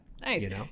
Nice